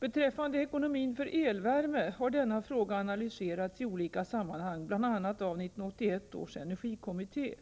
Beträffande ekonomin för elvärme har denna fråga analyserats i olika sammanhang, bl.a. av 1981 års energikommitté.